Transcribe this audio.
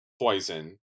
poison